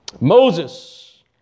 Moses